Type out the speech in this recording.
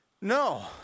No